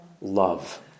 love